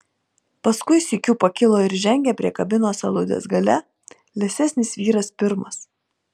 paskui sykiu pakilo ir žengė prie kabinos aludės gale liesesnis vyras pirmas